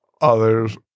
others